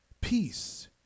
peace